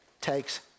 takes